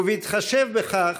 ובהתחשב בכך